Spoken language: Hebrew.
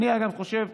אגב, אני חושב,